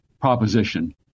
proposition